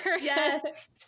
Yes